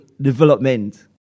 development